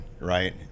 right